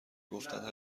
گفتند